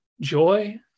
joy